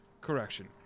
Correction